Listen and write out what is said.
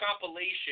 compilation